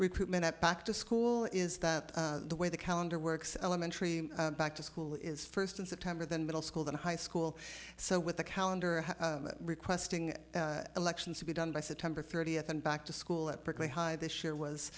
recruitment at back to school is that the way the calendar works elementary back to school is first in september then middle school then high school so with the calendar requesting elections to be done by september thirtieth and back to school at berkeley high this year was